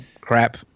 crap